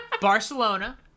Barcelona